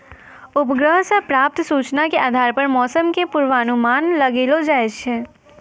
उपग्रह सॅ प्राप्त सूचना के आधार पर मौसम के पूर्वानुमान लगैलो जाय छै